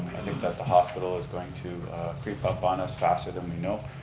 i think that the hospital is going to creep up on us faster than we know.